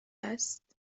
است